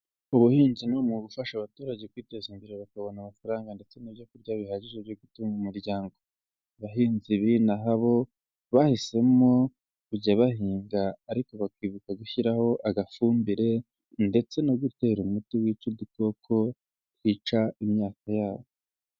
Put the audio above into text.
Ubuhinzi ni umwuga ufasha abaturage kwiteza imbere, bakabona amafaranga, ndetse n'ibyokurya bihagije byo gutunga umuryango, abahinzi b'ino aha bo bahisemo kujya bahinga, ariko bakibuka gushyiraho agafumbire, ndetse no gutera umuti wica udukoko twica imyaka yabo.